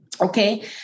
Okay